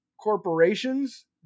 corporations